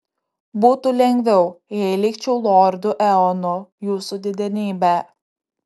būtų lengviau jei likčiau lordu eonu jūsų didenybe